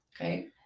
okay